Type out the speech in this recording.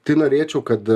tai norėčiau kad